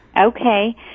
Okay